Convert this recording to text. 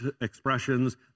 expressions